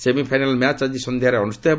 semifinal match ଆଜି ସନ୍ଧ୍ୟାରେ ଅନୁଷ୍ଠିତ ହେବ